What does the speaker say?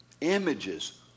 images